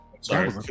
Sorry